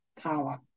power